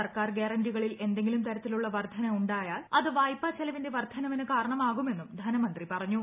സർക്കാർ ഗൃാരന്റികളിൽ എന്തെങ്കിലും തരത്തിലുള്ള വർദ്ധന ഉണ്ടായാൽ അതും വായ്പാ ചെലവിന്റെ വർദ്ധനവിന് കാരണമാകുമെന്നും ധനമന്ത്രി പറഞ്ഞു